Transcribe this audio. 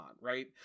right